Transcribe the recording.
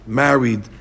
married